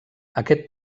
aquest